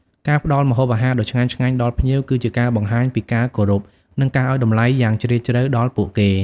ការផ្តល់ម្ហូបអាហារដ៏ឆ្ងាញ់ៗដល់ភ្ញៀវគឺជាការបង្ហាញពីការគោរពនិងការឲ្យតម្លៃយ៉ាងជ្រាលជ្រៅដល់ពួកគេ។